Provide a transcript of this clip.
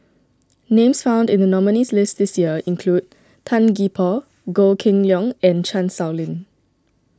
names found in the nominees' list this year include Tan Gee Paw Goh Kheng Long and Chan Sow Lin